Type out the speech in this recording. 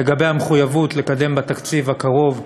לגבי המחויבות לקדם בתקציב הקרוב מאבק,